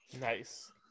nice